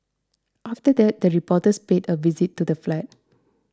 after that the reporters paid a visit to the flat